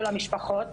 כל המשפחות,